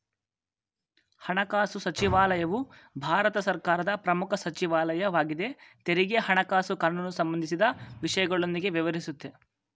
ಹಣಕಾಸುಸಚಿವಾಲಯವು ಭಾರತ ಸರ್ಕಾರದ ಪ್ರಮುಖ ಸಚಿವಾಲಯ ವಾಗಿದೆ ತೆರಿಗೆ ಹಣಕಾಸು ಕಾನೂನುಸಂಬಂಧಿಸಿದ ವಿಷಯಗಳೊಂದಿಗೆ ವ್ಯವಹರಿಸುತ್ತೆ